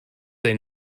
they